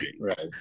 right